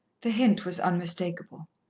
the hint was unmistakable.